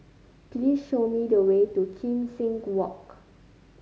please show me the way to Kim Seng Walk